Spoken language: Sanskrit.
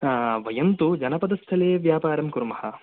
हा वयं तु जनपदस्थले व्यापारं कुर्मः